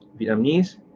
Vietnamese